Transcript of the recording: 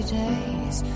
days